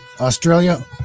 Australia